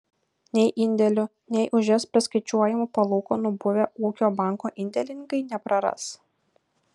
nei indėlių nei už jas priskaičiuojamų palūkanų buvę ūkio banko indėlininkai nepraras